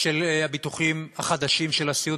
של הביטוחים החדשים של הסיעוד